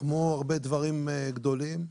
כמו הרבה דברים גדולים,